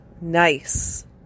nice